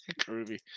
Groovy